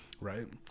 right